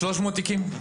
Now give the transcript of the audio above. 300 תיקים?